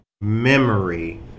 memory